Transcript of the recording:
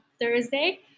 thursday